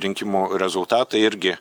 rinkimų rezultatai irgi